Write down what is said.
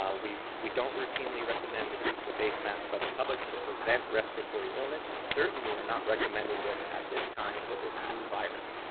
um we we don't routinely recommend the use of face masks by the public to prevent respiratory illness, and certainly are not recommending this at this time for this new virus.